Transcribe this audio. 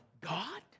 God